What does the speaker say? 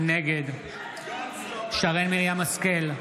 נגד שרן מרים השכל,